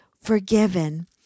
forgiven